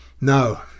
No